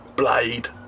Blade